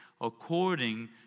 according